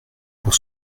pour